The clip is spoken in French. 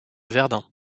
verdun